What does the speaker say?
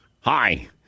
Hi